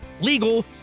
legal